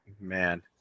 man